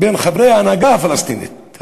בין חברי ההנהגה הפלסטינית.